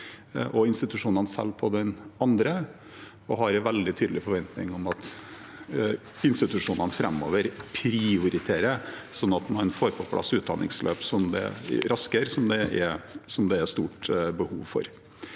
og institusjonene selv på den andre. Vi har en veldig tydelig forventning om at institusjonene framover prioriterer, sånn at man får på plass utdanningsløp raskere, noe det er et stort behov for.